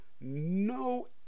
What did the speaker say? no